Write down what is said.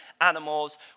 animals